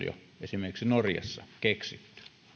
jo esimerkiksi norjassa keksitty